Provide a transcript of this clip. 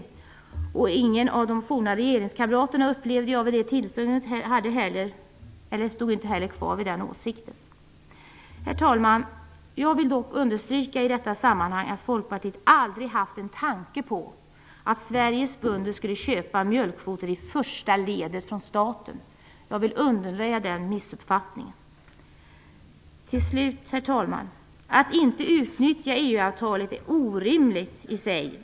Jag upplevde att ingen av de forna regeringskamraterna stod kvar vid den åsikten. Herr talman! Jag vill dock understryka i detta sammanhang att Folkpartiet aldrig haft en tanke på att Sveriges bönder skulle köpa mjölkvoter i första ledet från staten. Jag vill undanröja den missuppfattningen. Till slut, herr talman! Att inte utnyttja EU-avtalet är orimligt i sig.